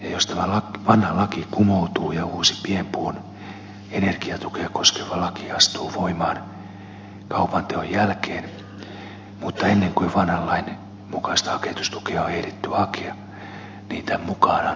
jos tämä vanha laki kumoutuu ja uusi pienpuun energiatukea koskeva laki astuu voimaan kaupanteon jälkeen mutta ennen kuin vanhan lain mukaista haketustukea on ehditty hakea niin tämän mukaanhan tukea ei enää voisi myöntää